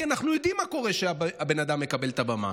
כי אנחנו יודעים מה קורה כשהבן אדם מקבל את הבמה,